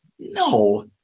No